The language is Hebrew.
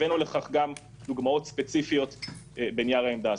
הבאנו לכך גם דוגמאות ספציפיות בנייר העמדה.